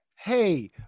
hey